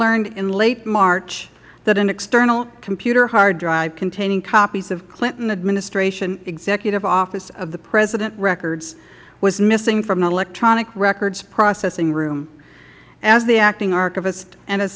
learned in late march that an external computer hard drive containing copies of clinton administrative executive office of the president records was missing from the electronic records processing room as the acting archivist and